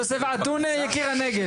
שיסייע לרשויות החלשות.